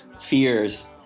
fears